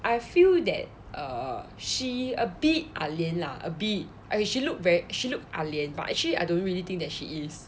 I feel that err she a bit ah lian lah a bit she she looked very she look ah lian but actually I don't really think that she is